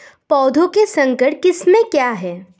पौधों की संकर किस्में क्या हैं?